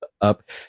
up